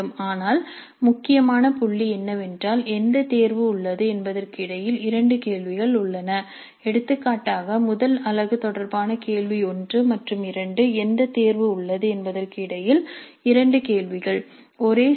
ஆனால் முக்கியமான புள்ளி என்னவென்றால் எந்த தேர்வு உள்ளது என்பதற்கு இடையில் இரண்டு கேள்விகள் உள்ளன எடுத்துக்காட்டாக முதல் அலகு தொடர்பான கேள்வி 1 மற்றும் 2 எந்த தேர்வு உள்ளது என்பதற்கு இடையில் இரண்டு கேள்விகள் ஒரே சி